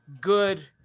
good